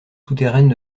souterraines